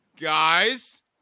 guys